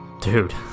Dude